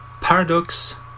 Paradox